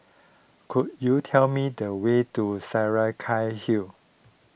could you tell me the way to Saraca Hill